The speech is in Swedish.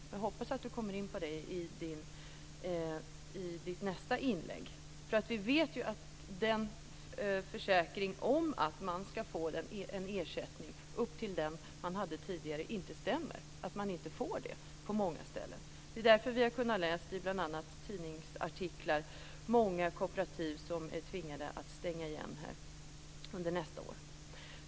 Och jag hoppas att statsrådet kommer in på det i sitt nästa inlägg. Vi vet nämligen att den försäkring om att man ska få en ersättning upp till den som man hade tidigare inte stämmer. På många ställen får man inte det. Det är därför som vi i bl.a. tidningsartiklar har kunnat läsa om många kooperativ som är tvungna att stänga under nästa år.